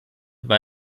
war